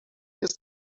jest